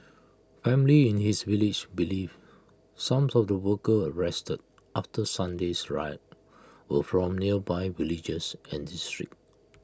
families in his village believe some sort the workers arrested after Sunday's riot were from nearby villages and districts